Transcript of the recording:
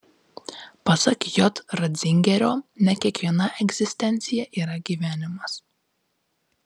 pasak j ratzingerio ne kiekviena egzistencija yra gyvenimas